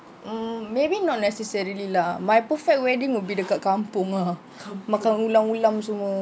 mm maybe not necessarily lah my perfect wedding will be dekat kampung ah makan ulam-ulam semua